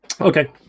Okay